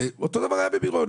אותו דבר היה במירון.